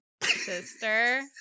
sister